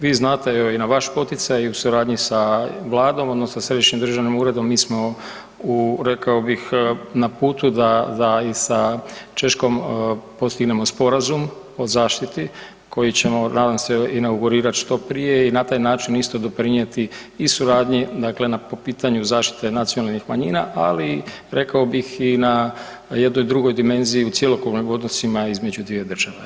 Vi znate, evo i na vaš poticaj i u suradnji sa Vladom odnosno Središnjim državnim uredom, mi smo rekao bih, na putu da i sa Češkom postignemo sporazum o zaštiti koji ćemo, nadam se inaugurirat što prije i na taj način isto doprinijeti i suradnji dakle po pitanju zaštite nacionalnih manjina ali rekao bih i na jednoj drugoj dimenziji u cjelokupnim odnosima između dvije države.